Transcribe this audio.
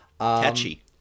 Catchy